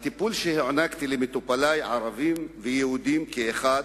הטיפול שהענקתי למטופלי, ערבים ויהודים כאחד,